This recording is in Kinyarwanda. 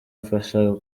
mfasha